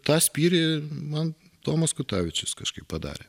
tą spyrį man tomas kutavičius kažkaip padarė